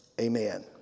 Amen